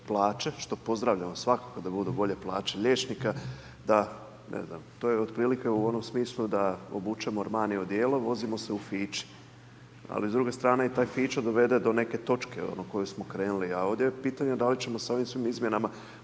plaće, što pozdravljam svakoga da budu bolje plaće liječnika, da ne znam, to je otprilike u onom smislu, da obučem Armani odjelu, i vozimo se u fići. Ali s druge strane, taj fićo dovede do neke točke od koje smo krenuli. Ali, ovdje pitanje, da li ćemo s ovim svojim izmjenama